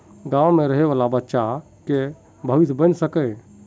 गाँव में रहे वाले बच्चा की भविष्य बन सके?